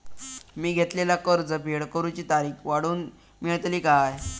मी घेतलाला कर्ज फेड करूची तारिक वाढवन मेलतली काय?